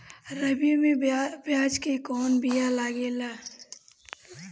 रबी में प्याज के कौन बीया लागेला?